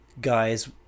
guys